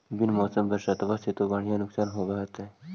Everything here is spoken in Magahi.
बिन मौसम बरसतबा से तो बढ़िया नुक्सान होब होतै?